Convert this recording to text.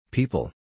People